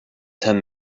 ten